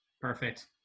Perfect